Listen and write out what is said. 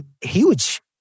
huge